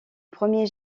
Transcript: premiers